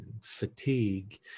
fatigue